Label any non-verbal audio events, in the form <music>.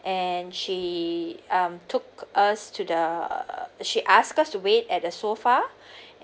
and she um took us to the she asked us to wait at a sofa <breath>